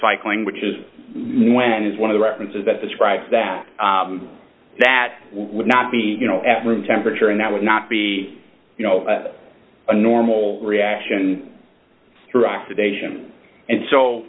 cycling which is when is one of the references that describes that that would not be you know at room temperature and that would not be you know a normal reaction throughout sedation and so